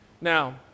Now